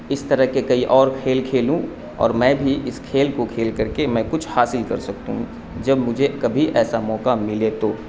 اس طرح کے کئی اور کھیل کھیلوں اور میں بھی اس کھیل کو کھیل کر کے میں کچھ حاصل کر سکتا ہوں جب مجھے کبھی ایسا موقع ملے تو